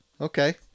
Okay